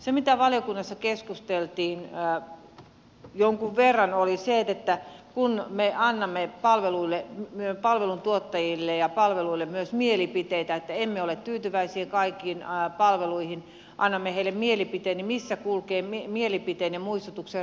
se mistä valiokunnassa keskusteltiin jonkun verran oli se että kun me annamme palveluntuottajille ja palveluille myös mielipiteitä että emme ole tyytyväisiä kaikkiin palveluihin niin missä kulkee mielipiteen ja muistutuksen raja